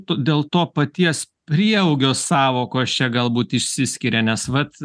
tu dėl to paties prieaugio sąvokos čia galbūt išsiskiria nes vat